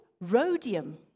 rhodium